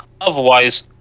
Otherwise